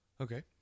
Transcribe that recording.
Okay